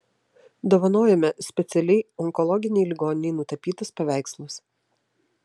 dovanojame specialiai onkologinei ligoninei nutapytus paveikslus